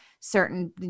Certain